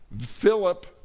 Philip